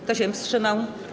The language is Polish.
Kto się wstrzymał?